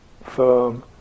firm